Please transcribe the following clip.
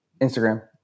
Instagram